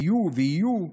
היו ויהיו.